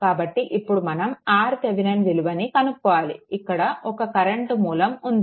కాబట్టి ఇప్పుడు మనం RThevenin విలువను కనుక్కోవాలి ఇక్కడ ఒక కరెంట్ మూలం ఉంది